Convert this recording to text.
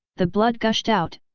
the blood gushed out,